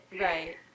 Right